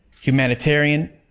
humanitarian